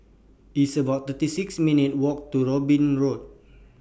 It's about thirty six minutes' Walk to Robin Road